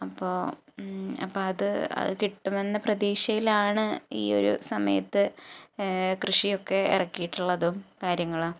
അപ്പോള് അത് അത് കിട്ടുമെന്ന പ്രതീക്ഷയിലാണ് ഈ ഒരു സമയത്ത് കൃഷിയൊക്കെ ഇറക്കിയിട്ടുള്ളതും കാര്യങ്ങളും